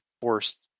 forced